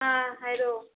ꯑꯥ ꯍꯥꯏꯔꯛꯑꯣ